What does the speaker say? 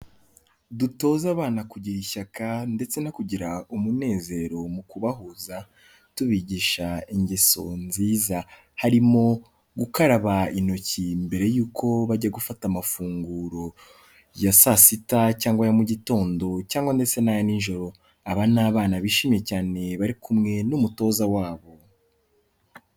Dutoze abana kugira ishyaka ndetse no kugira umunezero mu kubahuza, tubigisha ingeso nziza. Harimo gukaraba intoki mbere y'uko bajya gufata amafunguro ya saa sita cyangwa ya mu mugitondo cyangwa ndetse n'aya nijoro. Aba ni abana bishimye cyane bari kumwe n'umutoza wabo.